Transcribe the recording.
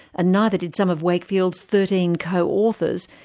and neither did some of wakefield's thirteen co-authors,